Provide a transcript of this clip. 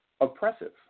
oppressive